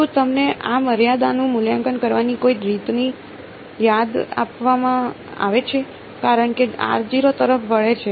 શું તમને આ મર્યાદાનું મૂલ્યાંકન કરવાની કોઈ રીતની યાદ અપાવવામાં આવે છે કારણ કે r 0 તરફ વળે છે